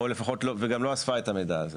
וגם לא אספה את המידע הזה.